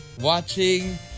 watching